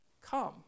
come